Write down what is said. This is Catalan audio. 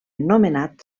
nomenat